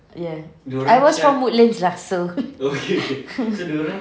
ya I was from woodlands lah so